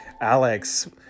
Alex